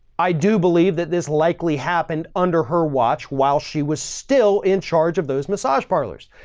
i do believe that this likely happened under her watch while she was still in charge of those massage parlors.